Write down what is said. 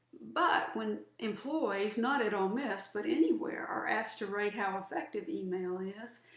but when employees, not at ole miss but anywhere are asked to rate how effective email is,